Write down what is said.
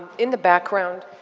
in the background,